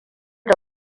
da